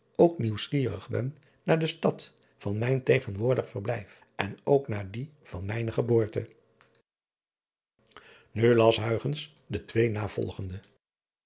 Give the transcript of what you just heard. ook nieuwsgierig ben naar de stad van mijn tegenwoordig verblijf en ook naar die van mijne geboorte u las de twee navolgende